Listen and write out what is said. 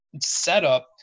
setup